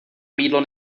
mýdlo